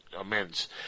immense